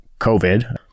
COVID